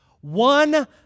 One